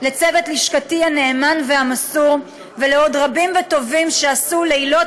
לצוות לשכתי הנאמן והמסור ולעוד רבים וטובים שעשו לילות